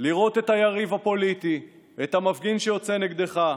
לראות את היריב הפוליטי, את המפגין שיוצא נגדך,